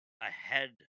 ahead